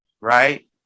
right